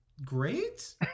great